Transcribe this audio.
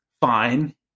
Fine